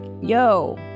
yo